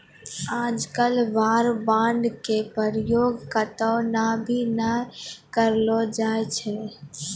आजकल war bond के प्रयोग कत्तौ त भी नय करलो जाय छै